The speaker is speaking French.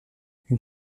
une